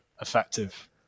effective